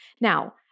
Now